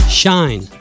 shine